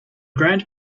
grand